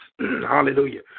Hallelujah